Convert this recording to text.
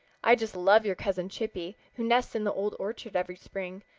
i just love your cousin chippy, who nests in the old orchard every spring.